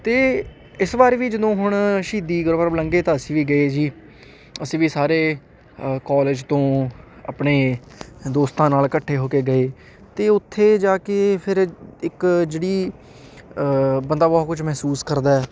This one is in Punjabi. ਅਤੇ ਇਸ ਬਾਰੇ ਵੀ ਜਦੋਂ ਹੁਣ ਸ਼ਹੀਦੀ ਗੁਰਪੁਰਬ ਲੰਘੇ ਤਾਂ ਅਸੀਂ ਵੀ ਗਏ ਜੀ ਅਸੀਂ ਵੀ ਸਾਰੇ ਕੋਲਜ ਤੋਂ ਆਪਣੇ ਦੋਸਤਾਂ ਨਾਲ ਇਕੱਠੇ ਹੋ ਕੇ ਗਏ ਅਤੇ ਉੱਥੇ ਜਾ ਕੇ ਫਿਰ ਇੱਕ ਜਿਹੜੀ ਬੰਦਾ ਬਹੁਤ ਕੁਛ ਮਹਿਸੂਸ ਕਰਦਾ